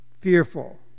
fearful